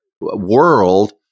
world